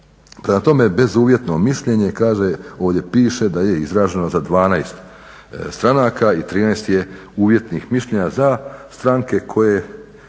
tome bezuvjetno mišljenje kaže, ovdje piše da je izraženo za 12 stranaka i 13 je uvjetnih mišljenja za stranke koje,